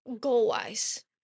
goal-wise